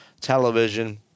Television